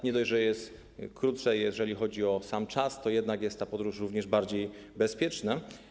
Nie dość, że jest krótsza, jeżeli chodzi o sam czas, to jednak jest ta podróż również bardziej bezpieczna.